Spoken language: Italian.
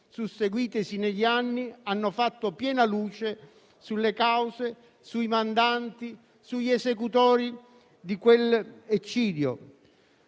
susseguitisi negli anni hanno fatto piena luce sulle cause, sui mandanti, sugli esecutori di quell'eccidio.